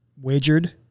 wagered